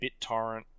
BitTorrent